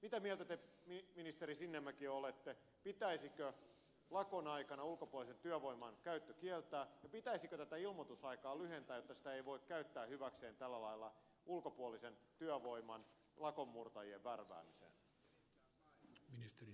mitä mieltä te ministeri sinnemäki olette pitäisikö lakon aikana ulkopuolisen työvoiman käyttö kieltää ja pitäisikö tätä ilmoitusaikaa lyhentää jotta sitä ei voi käyttää hyväkseen tällä lailla ulkopuolisen työvoiman lakon murtajien värväämiseen